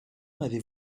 m’avez